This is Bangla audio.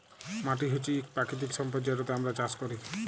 মাটি হছে ইক পাকিতিক সম্পদ যেটতে আমরা চাষ ক্যরি